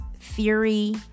theory